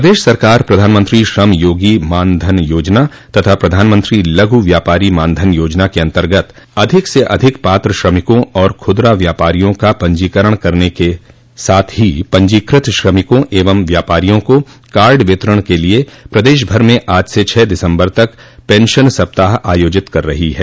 प्रदेश सरकार प्रधानमंत्री श्रम योगी मानधन योजना तथा प्रधानमंत्री लघु व्यापारी मानधन योजना के अन्तर्गत अधिक से अधिक पात्र श्रमिकों और खुदरा व्यापारियों का पंजीकरण करने के साथ ही पंजीकृत श्रमिकों एवं व्यापारियों को कार्ड वितरण के लिये प्रदेश भर में आज से छह दिसम्बर तक पेंशन सप्ताह आयोजित कर रही है